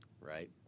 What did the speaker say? Right